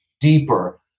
deeper